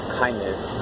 kindness